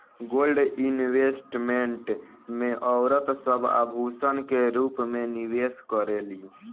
gold investment में औरत सब आभूषण के रूप में निवेश करेली